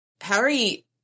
Harry